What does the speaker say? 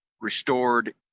restored